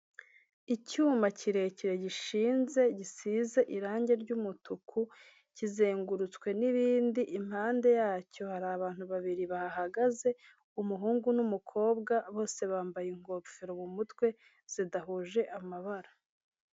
Icyuma kirekire gishinze gisize irangi ry'umutuku kizengurutswe n'ibindi, impande yacyo hari abantu babiri bahagaze, umuhungu n'umukobwa bose bambaye ingofero mu mutwe zidahuje amabara.